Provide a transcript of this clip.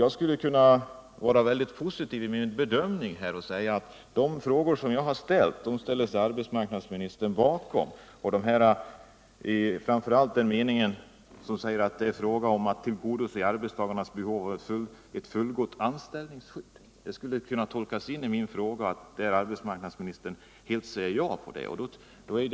Jag skulle kunna vara mycket positiv i min bedömning av svaret och konstatera att arbetsmarknadsministern ställer sig bakom min uppfattning; det framgår inte minst av formuleringen att det är fråga om att tillgodose arbetstagarnas behov av ett fullgott anställningsskydd. Jag skulle kunna tolka detta som att arbetsmarknadsministern helt svarar ja på den frågan.